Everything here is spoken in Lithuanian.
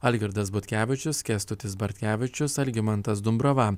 algirdas butkevičius kęstutis bartkevičius algimantas dumbrava